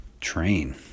train